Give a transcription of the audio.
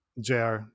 JR